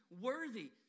worthy